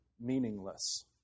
meaningless